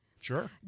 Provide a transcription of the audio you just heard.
Sure